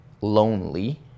lonely